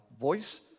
voice